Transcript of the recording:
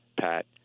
Pat